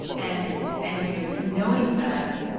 and and you know knowing that,